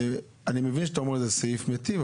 אני מבין שאתה אומר שזה סעיף מיטיב,